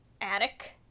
attic